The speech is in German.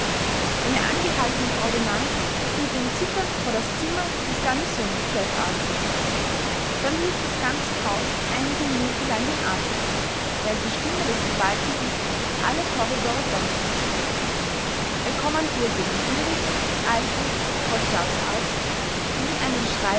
eine angehaltene ordonnanz führte ihn zitternd vor das zimmer des garnisonschefarztes dann hielt das ganze haus einige minuten lang den atem an während die stimme des gewaltigen durch alle korridore donnerte er kommandierte den würdigen alten oberstabsarzt wie einen